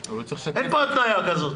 אין פה התניה כזאת.